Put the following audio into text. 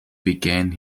began